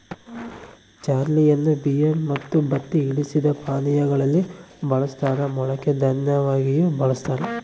ಬಾರ್ಲಿಯನ್ನು ಬಿಯರ್ ಮತ್ತು ಬತ್ತಿ ಇಳಿಸಿದ ಪಾನೀಯಾ ಗಳಲ್ಲಿ ಬಳಸ್ತಾರ ಮೊಳಕೆ ದನ್ಯವಾಗಿಯೂ ಬಳಸ್ತಾರ